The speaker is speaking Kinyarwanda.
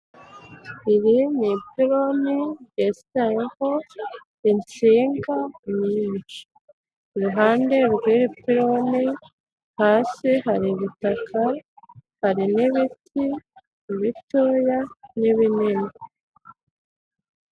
Iri ni ipironi ritwara umuriro bishamikiyeho intsinga haba hari n'ikirere kiriho ibicu by'umweru n'ubururu.